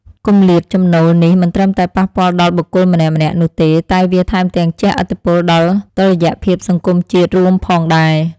គម្លាតចំណូលនេះមិនត្រឹមតែប៉ះពាល់ដល់បុគ្គលម្នាក់ៗនោះទេតែវាថែមទាំងជះឥទ្ធិពលដល់តុល្យភាពសង្គមជារួមផងដែរ។